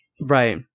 Right